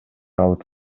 алып